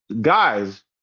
guys